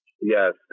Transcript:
Yes